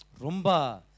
rumba